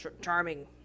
charming